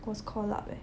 was called up eh